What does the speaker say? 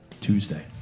Tuesday